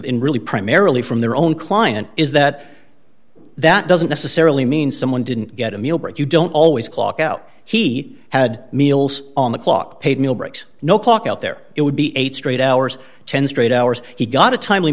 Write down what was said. in really primarily from their own client is that that doesn't necessarily mean someone didn't get a meal break you don't always clock out he had meals on the clock paid meal breaks no clock out there it would be eight straight hours ten straight hours he got a timely